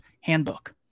Handbook